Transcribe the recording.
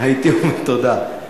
תודה.